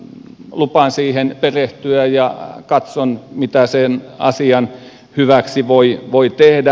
lupaan siihen perehtyä ja katson mitä sen asian hyväksi voi tehdä